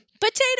Potato